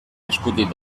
eskutik